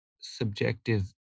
subjective